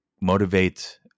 motivate